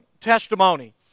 testimony